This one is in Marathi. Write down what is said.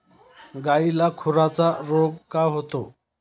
गायीला खुराचा रोग का होतो?